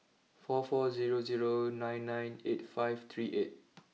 four four zero zero nine nine eight five three eight